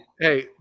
hey